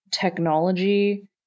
technology